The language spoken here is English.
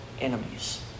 enemies